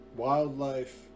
Wildlife